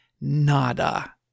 nada